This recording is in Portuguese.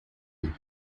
lhe